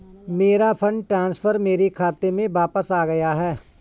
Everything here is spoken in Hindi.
मेरा फंड ट्रांसफर मेरे खाते में वापस आ गया है